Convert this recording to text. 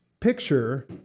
picture